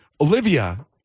Olivia